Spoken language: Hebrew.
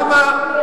סיבות פוליטיות.